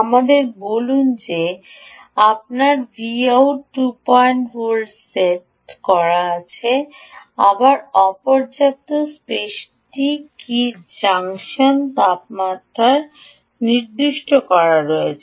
আমাদের বলুন যে আপনার Vout 25 ভোল্টে সেট করা আছে আবার অপর্যাপ্ত স্পেসটি কী জাংশন তাপমাত্রায় নির্দিষ্ট করা আছে